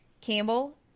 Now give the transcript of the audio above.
Campbell